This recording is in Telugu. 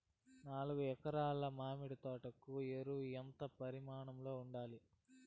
నాలుగు ఎకరా ల మామిడి తోట కు ఎరువులు ఎంత పరిమాణం లో ఉండాలి?